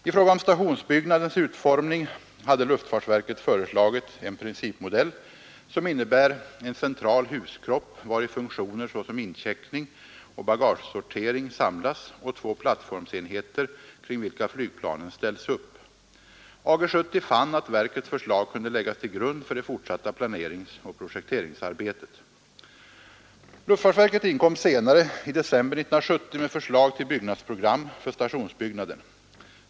I fråga om stationsbyggnadens utformning hade luftfartsverket föreslagit en principmodell som innebär en central huskropp vari funktioner såsom incheckning och bagagesortering samlas och två plattformsenheter kring vilka flygplanen ställs upp. Ag 70 fann att verkets förslag kunde läggas till grund för det fortsatta planeringsoch projekteringsarbetet. Luftfartsverket inkom senare, i december 1970, med förslag till byggnadsprogram för stationsbyggnaden.